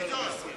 מסיר.